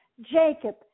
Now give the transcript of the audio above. Jacob